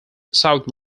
south